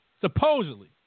supposedly